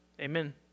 Amen